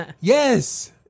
yes